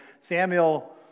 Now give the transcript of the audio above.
Samuel